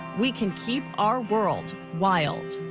we can keep our world wild.